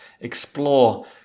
explore